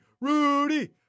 Rudy